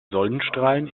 sonnenstrahlen